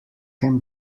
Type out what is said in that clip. can